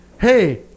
Hey